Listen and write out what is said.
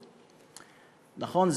נכון,